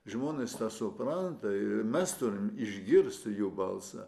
žmonės nesupranta ir mes turim išgirst jų balsą